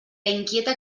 inquieta